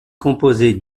composée